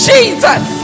Jesus